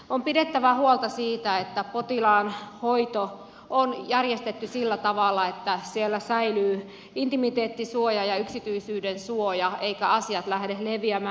on pidettävä huolta siitä että potilaan hoito on järjestetty sillä tavalla että siellä säilyy intimiteettisuoja ja yksityisyydensuoja eivätkä asiat lähde leviämään